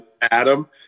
Adam